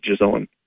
on